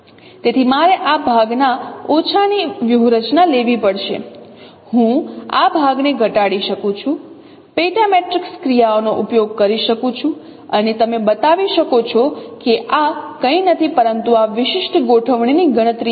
તેથી મારે આ ભાગના ઓછાની વ્યૂહરચના લેવી પડશે હું આ ભાગને ઘટાડી શકું છું પેટા મેટ્રિક્સ ક્રિયાઓનો ઉપયોગ કરી શકું છું અને તમે બતાવી શકો છો કે આ કંઈ નથી પરંતુ આ વિશિષ્ટ ગોઠવણીની ગણતરી છે